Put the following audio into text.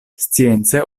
science